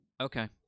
okay